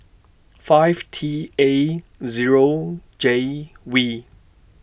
five T A Zero J V